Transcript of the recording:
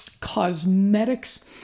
cosmetics